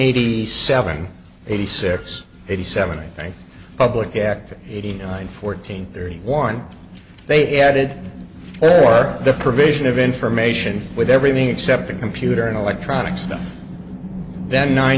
eighty seven eighty six eighty seven i think public at eighty nine fourteen thirty one they added for the provision of information with everything except the computer and electronic stuff then nine